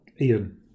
Ian